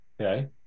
Okay